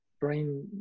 brain